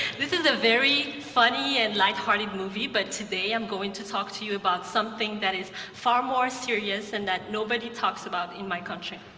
this is a very funny and lighthearted movie, but today, i'm going to talk to you about something that is far more serious and that nobody talks about in my country.